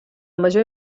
major